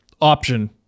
option